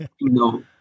no